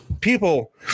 people